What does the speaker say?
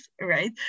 right